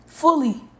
fully